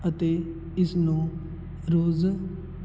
ਅਤੇ ਇਸ ਨੂੰ ਰੋਜ਼